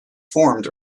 formed